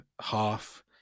half